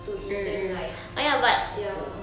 to intern like ya